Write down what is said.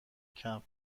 کمپ